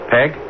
Peg